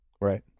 Right